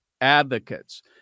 advocates